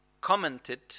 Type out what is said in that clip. commented